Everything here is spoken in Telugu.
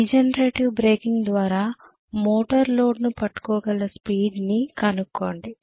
రీజనరేటివ్ బ్రేకింగ్ ద్వారా మోటారు లోడ్ను పట్టుకోగల స్పీడ్ ని కనుక్కోండి